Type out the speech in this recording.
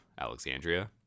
Alexandria